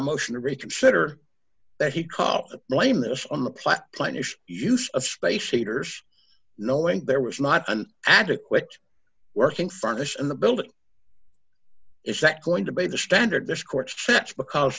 motion to reconsider that he called lameness on the planet plaintiff's use of space heaters knowing there was not an adequate working furnished in the building is that going to be the standard this court stretch because